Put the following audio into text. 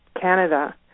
Canada